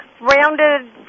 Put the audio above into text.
rounded